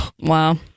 Wow